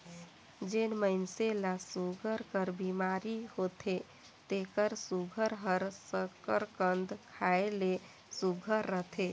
जेन मइनसे ल सूगर कर बेमारी होथे तेकर सूगर हर सकरकंद खाए ले सुग्घर रहथे